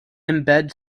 embed